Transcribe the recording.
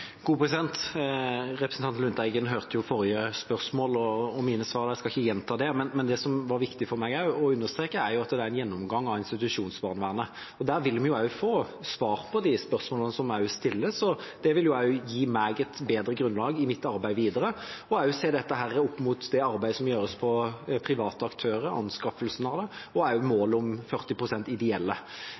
Representanten Lundteigen hørte forrige spørsmål og mine svar. Jeg skal ikke gjenta det, men det som var viktig for meg å understreke, er at det er en gjennomgang av institusjonsbarnevernet, og der vil vi også få svar på de spørsmålene som stilles. Det vil gi meg et bedre grunnlag i mitt arbeid videre og se dette opp mot det arbeidet som gjøres opp mot private aktører, anskaffelser, og også målet om 40 pst. ideelle.